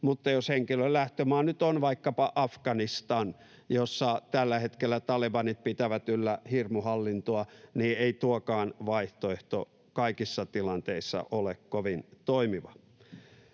Mutta jos henkilön lähtömaa nyt on vaikkapa Afganistan, jossa tällä hetkellä talebanit pitävät yllä hirmuhallintoa, niin ei tuokaan vaihtoehto kaikissa tilanteissa ole kovin toimiva.